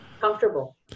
Comfortable